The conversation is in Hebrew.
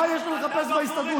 מה יש לו לחפש בהסתדרות?